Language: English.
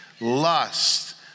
lust